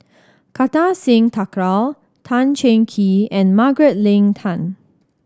Kartar Singh Thakral Tan Cheng Kee and Margaret Leng Tan